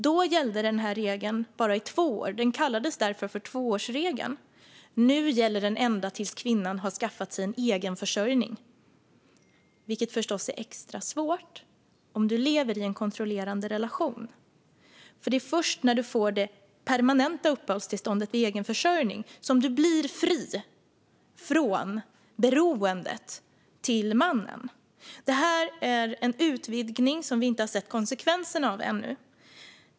Då gällde regeln bara i två år och kallades därför tvåårsregeln. Nu gäller den ändå till dess att kvinnan har skaffat sig en egen försörjning, vilket förstås är extra svårt om man lever i en kontrollerande relation. Det är först när man får det permanenta uppehållstillståndet vid egen försörjning som man blir fri från beroendet av mannen. Detta är en utvidgning som vi ännu inte har sett konsekvenserna av.